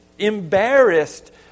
Embarrassed